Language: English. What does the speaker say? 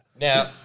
Now